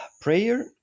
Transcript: prayer